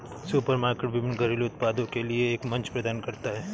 supermarket विभिन्न घरेलू उत्पादों के लिए एक मंच प्रदान करता है